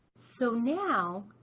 so now,